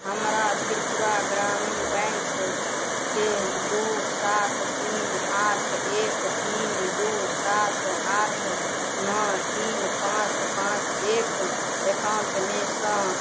हमरा त्रिपुरा ग्रामीण बैँकके दुइ सात तीन आठ एक तीन दुइ सात आठ नओ तीन पाँच पाँच एक एकाउण्टमेसँ